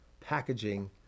packaging